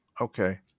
Okay